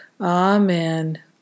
amen